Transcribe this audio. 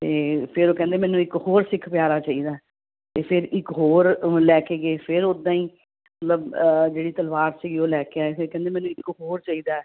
ਤਾਂ ਫਿਰ ਉਹ ਕਹਿੰਦੇ ਮੈਨੂੰ ਇੱਕ ਹੋਰ ਸਿੱਖ ਪਿਆਰਾ ਚਾਹੀਦਾ ਤਾਂ ਫਿਰ ਇੱਕ ਹੋਰ ਲੈ ਕੇ ਗਏ ਫਿਰ ਉਦਾਂ ਹੀ ਮਤਲਬ ਜਿਹੜੀ ਤਲਵਾਰ ਸੀ ਉਹ ਲੈ ਕੇ ਆਏ ਅਤੇ ਕਹਿੰਦੇ ਮੈਨੂੰ ਇੱਕ ਹੋਰ ਚਾਹੀਦਾ